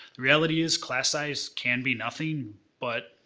the reality is, class size can be nothing, but,